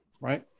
Right